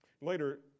Later